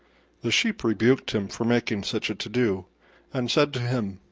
the sheep rebuked him for making such a to-do, and said to him,